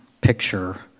picture